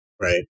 Right